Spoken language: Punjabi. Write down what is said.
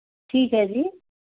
ਠੀਕ ਹੈ ਜੀ